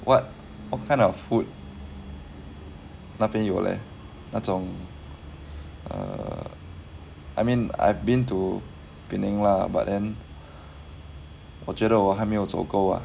what what kind of food 那边有 leh 那种 err I mean I've been to penang lah but then 我觉得我还没有走够啊